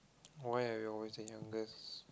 why are we always the youngest